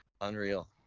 Unreal